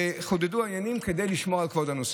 וחודדו העניינים כדי לשמור על כבוד הנוסעים.